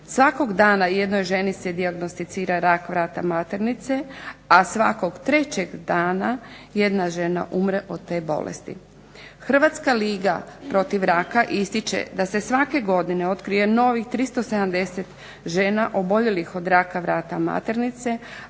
Svakog dana jednoj ženi se dijagnosticira rak vrata maternice, a svakog trećeg dana jedna žena umre od te bolesti. Hrvatska liga protiv raka ističe da se svake godine otkrije novih 370 žena oboljelih od raka vrata maternice,